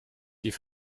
die